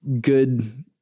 good